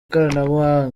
ikoranabuhanga